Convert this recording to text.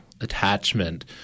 attachment